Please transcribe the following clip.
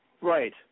Right